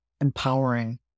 empowering